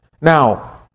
Now